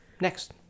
Next